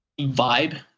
vibe